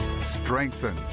strengthen